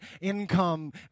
income